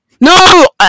no